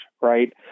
right